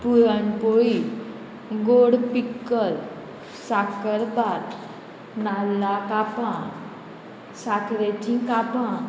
पुरणपोळी गोड पिक्कल साकरभात नाल्ला कापां साखरेचीं कापां